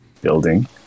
building